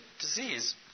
disease